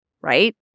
right